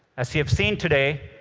as you have seen today,